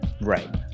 Right